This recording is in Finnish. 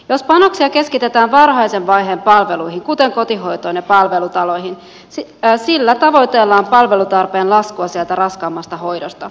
jos panoksia keskitetään varhaisen vaiheen palveluihin kuten kotihoitoon ja palvelutaloihin sillä tavoitellaan palvelutarpeen laskua sieltä raskaammasta hoidosta